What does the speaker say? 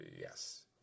Yes